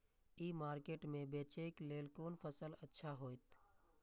ई market में बेचेक लेल कोन फसल अच्छा होयत?